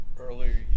Earlier